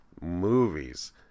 movies